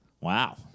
Wow